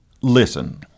listen